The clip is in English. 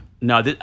No